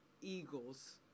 Eagles